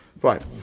fine